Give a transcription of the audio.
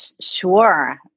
Sure